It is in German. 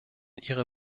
ihre